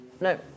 No